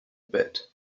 bit